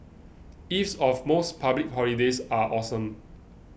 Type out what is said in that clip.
eves of most public holidays are awesome